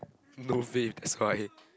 no faith that's why